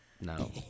No